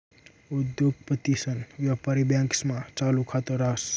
उद्योगपतीसन व्यापारी बँकास्मा चालू खात रास